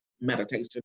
meditation